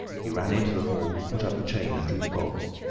he ran into the hall, put up the chain, and drew the bolts.